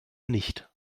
nicht